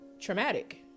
traumatic